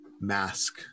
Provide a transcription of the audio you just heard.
mask